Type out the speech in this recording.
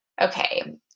okay